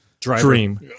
dream